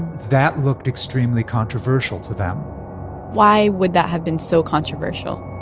that looked extremely controversial to them why would that have been so controversial?